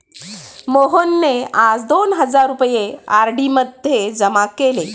मोहनने आज दोन हजार रुपये आर.डी मध्ये जमा केले